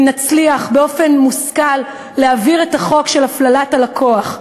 נצליח באופן מושכל להעביר את החוק של הפללת הלקוח,